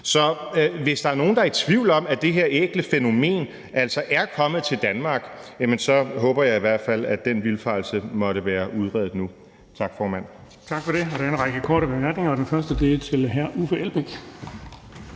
Så hvis der er nogen, der er i tvivl om, at det her ækle fænomen altså er kommet til Danmark, så håber jeg i hvert fald, at den vildfarelse måtte være udredet nu. Tak, formand.